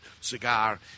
cigar